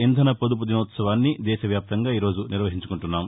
ఇంధన పొదుపు దినోత్సవాన్ని దేశ వ్యాప్తంగా ఈరోజు నిర్వహించుకుంటున్నాం